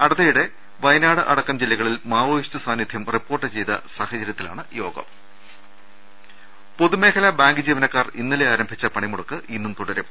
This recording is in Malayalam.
അടുത്തിടെ വയനാട് അടക്കം ജില്ലക ളിൽ മാവോയിസ്റ്റ് സാന്നിധ്യം റിപ്പോർട്ട് ചെയ്ത സാഹചര്യത്തിലാണ് യോഗം രദ്ദേഷ്ടങ പൊതുമേഖലാ ബാങ്ക് ജീവനക്കാർ ഇന്നലെ ആരംഭിച്ച പണിമുടക്ക് ഇന്നും തുടരും